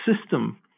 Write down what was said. system